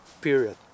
Period